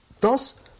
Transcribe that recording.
Thus